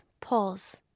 pause